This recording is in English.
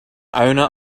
owner